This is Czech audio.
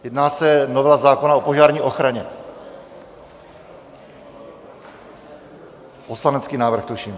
Jedná se o novelu zákona o požární ochraně, poslanecký návrh, tuším.